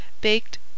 baked